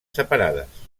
separades